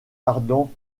ardan